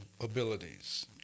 abilities